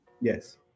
Yes